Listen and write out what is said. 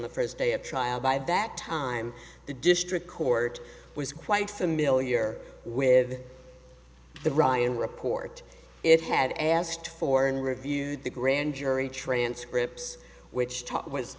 the first day of trial by that time the district court was quite familiar with the ryan report it had asked for and reviewed the grand jury transcripts which